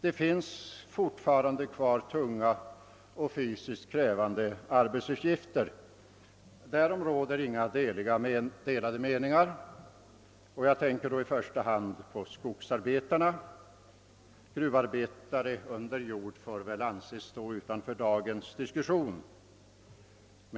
Det finns fortfarande kvar tunga och fysiskt krävande arbetsuppgifter; därom råder inga delade meningar. Jag tänker då i första hand på skogsarbetarna — gruvarbetare under jord får väl anses stå utanför dagens diskussion.